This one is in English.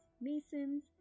masons